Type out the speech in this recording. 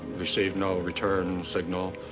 received no return signal.